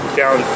down